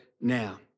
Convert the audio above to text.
now